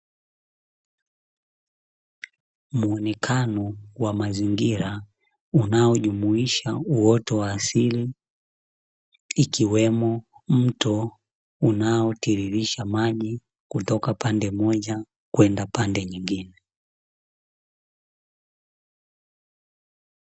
Muonekano wa mazingira unaojumuisha uoto wa asili, ikiwemo mto unaotirisha maji kutoka pande moja kwenda pande nyingine.